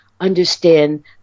understand